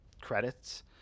credits